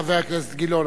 חבר הכנסת גילאון,